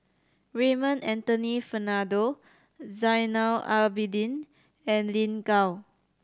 Raymond Anthony Fernando Zainal Abidin and Lin Gao